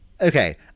okay